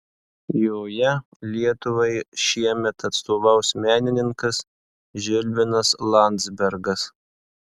joje lietuvai šiemet atstovaus menininkas žilvinas landzbergas